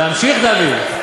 להמשיך, דוד?